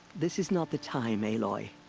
this is not the time, aloy.